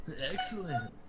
Excellent